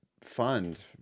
fund